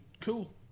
Cool